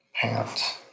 Pants